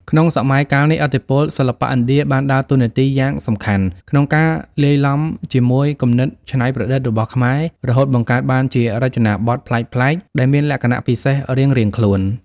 ក្នុងសម័យកាលនេះ ឥទ្ធិពលសិល្បៈឥណ្ឌាបានដើរតួនាទីយ៉ាងសំខាន់ក្នុងការលាយឡំជាមួយគំនិតច្នៃប្រឌិតរបស់ខ្មែរ រហូតបង្កើតបានជារចនាបថប្លែកៗ ដែលមានលក្ខណៈពិសេសរៀងខ្លួន។